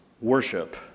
worship